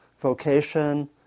vocation